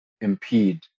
impede